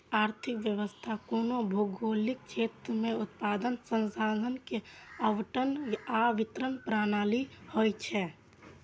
आर्थिक व्यवस्था कोनो भौगोलिक क्षेत्र मे उत्पादन, संसाधन के आवंटन आ वितरण प्रणाली होइ छै